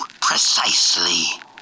precisely